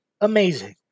amazing